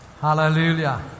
Hallelujah